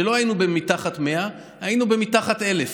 כשלא היינו מתחת ל-100, היינו מתחת ל-1,000,